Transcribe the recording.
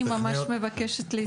אני ממש מבקשת להתנגד לזה.